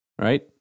right